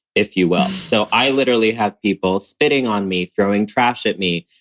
if you will. so i literally have people spitting on me, throwing trash at me,